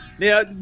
Now